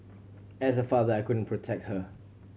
as a father I couldn't protect her